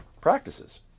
practices